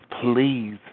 please